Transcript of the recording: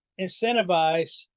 incentivize